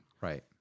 Right